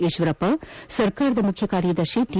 ಈಶ್ವರಪ್ಪ ಸರ್ಕಾರದ ಮುಖ್ಯ ಕಾರ್ಯದರ್ಶಿ ಟಿ